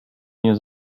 nie